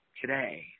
today